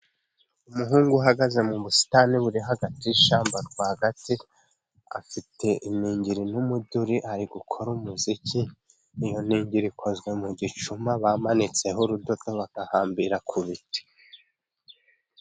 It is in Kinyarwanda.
Umuhungu uhagaze mu busitani buri hagati y'ishyamba rwagati, afite iningiri n'umuduri, ari gukora umuziki, iyo ningiri ikozwe mu gicuma, bamanitseho urudodo bagahambira ku biti.